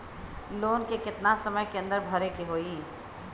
Loan के कितना समय के अंदर भरे के होई?